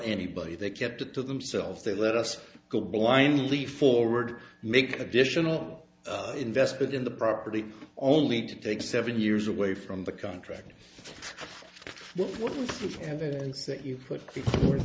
anybody they kept it to themselves they let us go blindly forward make additional investment in the property only to take seven years away from the contract which evidence that you put forth